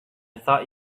thought